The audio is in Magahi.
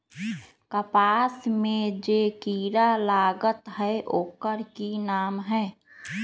कपास में जे किरा लागत है ओकर कि नाम है?